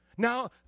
Now